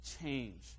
change